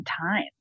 time